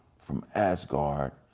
from asgard,